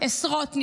עשרות נפגעים.